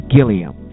Gilliam